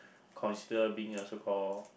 consider being a so call